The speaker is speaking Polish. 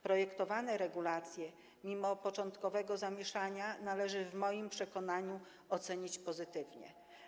Projektowane regulacje, mimo początkowego zamieszania, należy w moim przekonaniu ocenić pozytywnie.